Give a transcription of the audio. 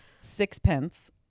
Sixpence